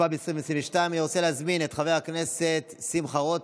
התשפ"ב 2022. אני רוצה להזמין את חבר הכנסת שמחה רוטמן,